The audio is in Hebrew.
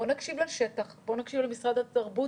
בואו נקשיב לשטח, בואו נקשיב למשרד התרבות,